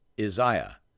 Isaiah